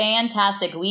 Fantastic